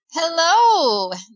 Hello